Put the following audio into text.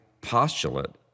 postulate